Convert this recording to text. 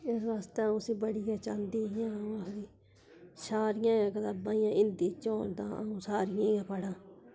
इस बास्तै अ'ऊं उसी बड़ी गै चांह्दी ही अ'ऊं आखदी ही सारियां कताबां जे हिंदी च होन तां अ'ऊं सारियां गै पढ़ां